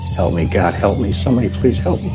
help me. god, help me. somebody please help me